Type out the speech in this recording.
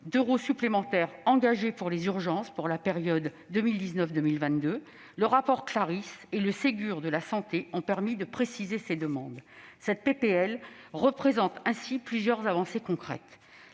d'euros supplémentaires engagés en faveur des urgences pour la période 2019-2022. Le rapport Claris et le Ségur de la santé ont permis de préciser ces demandes. Cette proposition de loi représente ainsi plusieurs avancées concrètes